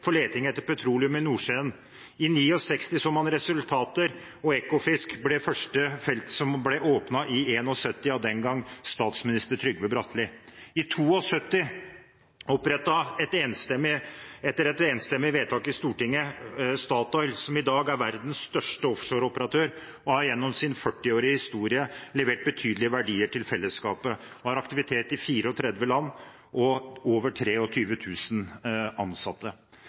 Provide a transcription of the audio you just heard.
for leting etter petroleum i Nordsjøen. I 1969 så man resultater, og Ekofisk var første felt som ble åpnet, i 1971, av den gang statsminister Trygve Bratteli. I 1972 opprettet en etter et enstemmig vedtak i Stortinget Statoil, som i dag er verdens største offshoreoperatør, og har gjennom sin 40-årige historie levert betydelige verdier til fellesskapet og har aktivitet i 34 land og over 23 000 ansatte.